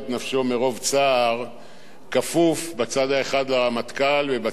כפוף בצד האחד לרמטכ"ל ובצד השני לשר הביטחון,